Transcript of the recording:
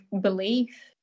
belief